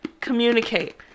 communicate